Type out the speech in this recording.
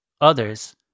Others